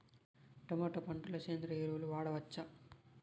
Tomato పంట లో సేంద్రియ ఎరువులు వాడవచ్చా?